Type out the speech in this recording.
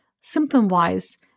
symptom-wise